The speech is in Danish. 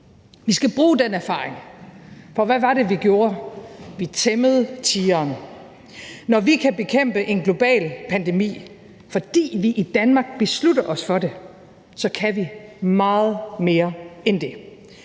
Vi skal bruge den erfaring. For hvad var det, vi gjorde? Vi tæmmede tigeren. Når vi kan bekæmpe en global pandemi, fordi vi i Danmark beslutter os for det, så kan vi meget mere end det.